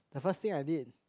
the first thing I did